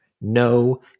No